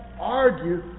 argue